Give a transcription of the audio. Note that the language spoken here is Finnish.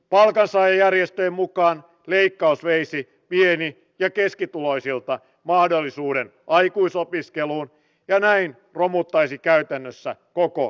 palkansaajajärjestöjen mukaan leikkaus veisi pieni ja keskituloisilta mahdollisuuden aikuisopiskeluun ja näin romuttaisi käytännössä koko tuen